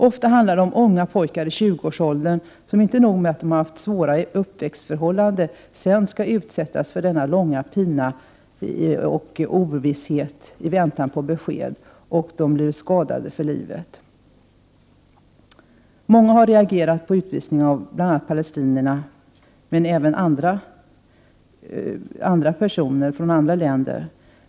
Ofta handlar det om unga pojkar i 20-årsåldern, som haft svåra uppväxtförhållanden och sedan skall utsättas för denna långa pina och ovisshet i väntan på besked. De blir skadade för livet. Många har reagerat mot utvisning av palestinier och även personer från andra länder.